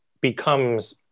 becomes